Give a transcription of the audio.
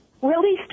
Willie